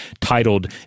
titled